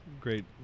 great